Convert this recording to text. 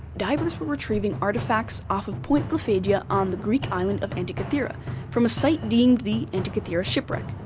divers were retrieving artifacts off of point glyphadia on the greek island of antikythera from a site deemed the antikythera shipwreck.